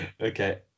okay